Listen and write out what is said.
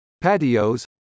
patios